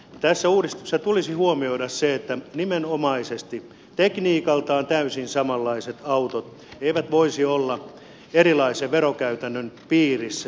tässä uudistuksessa tulisi huomioida se että nimenomaisesti tekniikaltaan täysin samanlaiset autot eivät voisi olla erilaisen verokäytännön piirissä